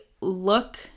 look